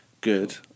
good